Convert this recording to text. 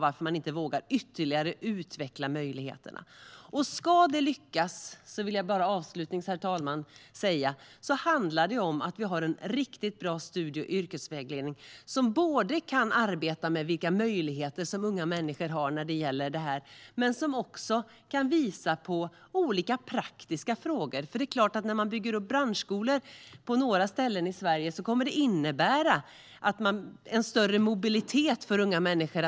Varför vågar man inte utveckla möjligheterna ytterligare? Herr talman! Om detta ska lyckas handlar det om att vi har en riktigt bra studie och yrkesvägledning som kan arbeta i fråga om vilka möjligheter unga människor har när det gäller detta och också kan belysa olika praktiska frågor. När man bygger upp branschskolor på några ställen i Sverige kommer det att innebära en större mobilitet för unga människor.